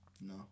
No